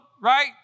right